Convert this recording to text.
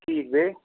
ٹھیٖک بیٚیہِ